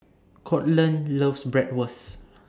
Courtland loves Bratwurst